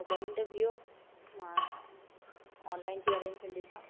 पोइ ॿ मिंट बीहो मां ऑनलाइन जी अरेंजमेंट ॾिसां